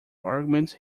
arguments